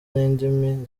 n’indimi